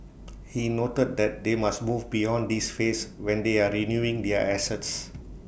he noted that they must move beyond this phase when they are renewing their assets